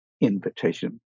invitation